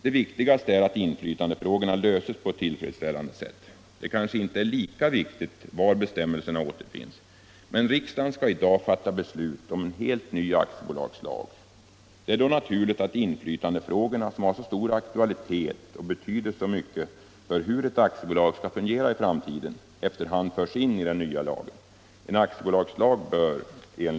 Det viktigaste är att inflytandefrågorna löses på ett tillfredsställande sätt. Det kanske inte är lika viktigt var bestämmelserna återfinns. Men riksdagen skall i dag fatta beslut om en helt ny aktiebolagslag. Det är då naturligt att inflytandefrågorna, som har så stor aktualitet och betyder så mycket för hur ett aktiebolag skall fungera i framtiden, efter hand införs i den nya aktiebolagslagen.